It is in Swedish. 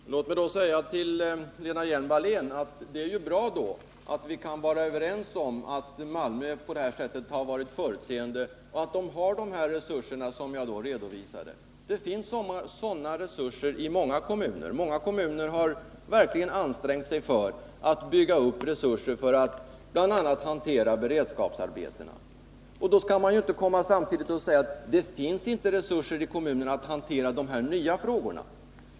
Herr talman! Låt mig då säga till Lena Hjelm-Wallén att det är bra att vi kan vara överens om att Malmö på det här sättet har varit förutseende och har de resurser som jag redovisade. Det firns sådana resurser i många kommuner, som verkligen har ansträngt sig för att bygga upp resurser för att bl.a. hantera beredskapsarbetena. Då skall man inte samtidigt komma och säga att det inte finns resurser i kommunerna för att hantera de här nya frågorna.